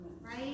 right